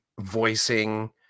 voicing